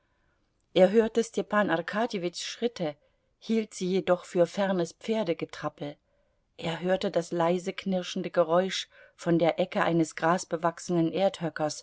er hörte stepan arkadjewitschs schritte hielt sie jedoch für fernes pferdegetrappel er hörte das leise knirschende geräusch von der ecke eines